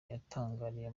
yatangarije